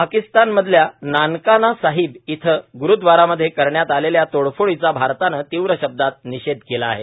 पाकिस्तानमधल्या नानकाना साहिब इथं ग्रुद्वारामध्ये करण्यात आलेल्या तोडफोडीचा भारतानं तीव्र शब्दात निषेध केला आहे